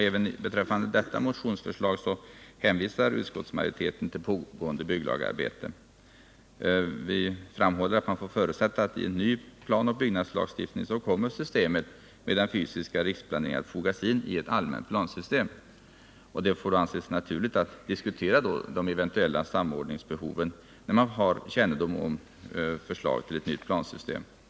Även beträffande detta motionsförslag hänvisar utskottsmajoriteten till det pågående bygglagarbetet. Utskottet framhåller att man får förutsätta att i en ny planoch byggnadslagstiftning kommer systemet med den fysiska riksplaneringen att fogas in i ett allmänt plansystem. Det får därför anses naturligt att diskutera eventuella samordningsbehov när kännedom om ett nytt plansystem föreligger.